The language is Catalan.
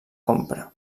compra